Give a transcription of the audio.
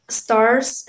stars